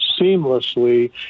seamlessly